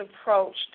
approached